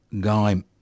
Guy